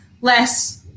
less